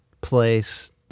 place